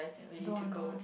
don't want don't want